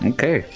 Okay